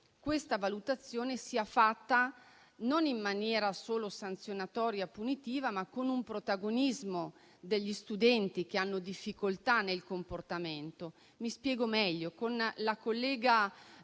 questa valutazione sia fatta non in maniera meramente sanzionatoria o punitiva, ma con un protagonismo degli studenti che hanno difficoltà nel comportamento. Mi spiego meglio. Con la collega